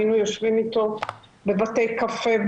היינו יושבים איתו בבתי קפה,